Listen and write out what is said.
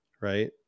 Right